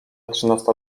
trzynasta